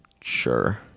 sure